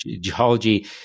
geology